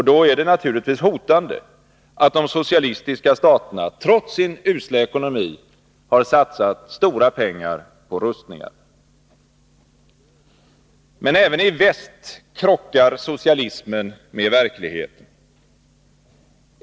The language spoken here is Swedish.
Då är det naturligtvis hotande att de socialistiska staterna trots sin usla ekonomi har satsat stora pengar på rustningar. Men även i väst krockar socialismen med verkligheten.